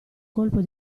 colpo